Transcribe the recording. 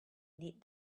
need